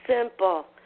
Simple